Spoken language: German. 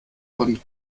von